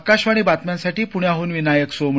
आकाशवाणी बातम्यांसाठी प्ण्याहनविनायक सोमणी